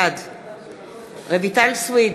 בעד רויטל סויד,